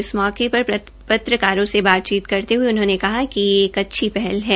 इस मौके पर पत्रकारों से बातचीत में उन्होंने कहा कि ये एक अच्छी पहल है